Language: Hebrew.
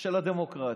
של הדמוקרטיה.